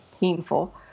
painful